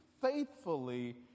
faithfully